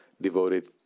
devoted